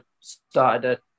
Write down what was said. started